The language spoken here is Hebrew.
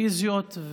הפיזיות,